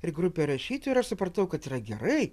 ir grupė rašytojų ir aš supratau kad yra gerai